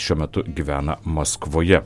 šiuo metu gyvena maskvoje